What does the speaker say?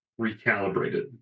recalibrated